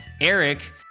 Eric